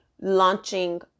launching